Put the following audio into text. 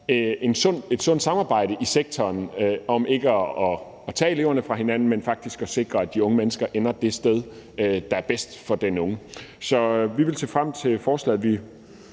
et sundt samarbejde i sektoren om ikke at tage eleverne fra hinanden, men faktisk at sikre, at de unge mennesker ender det sted, som er bedst for dem. Så vi vil se frem til behandlingen